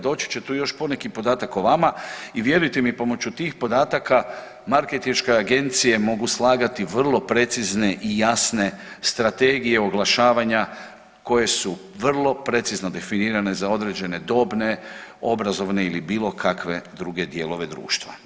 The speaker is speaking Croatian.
Doći će tu još poneki podatak o vama i vjerujte mi pomoću tih podataka marketinške agencije mogu slagati vrlo precizne i jasne strategije oglašavanja koje su vrlo precizno definirane za određene dobne, obrazovne ili bilo kakve druge dijelove društva.